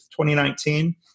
2019